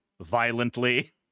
violently